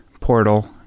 portal